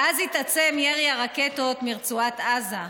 ואז התעצם ירי הרקטות מרצועת עזה.